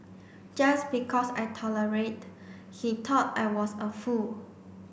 just because I tolerate he thought I was a fool